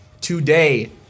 Today